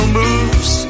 moves